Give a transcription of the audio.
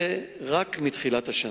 זה רק מתחילת השנה.